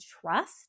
trust